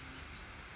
mm